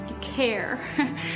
care